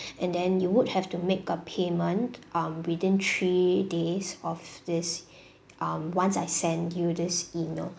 and then you would have to make a payment um within three days of this um once I send you this email